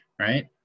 right